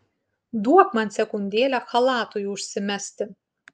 duok man sekundėlę chalatui užsimesti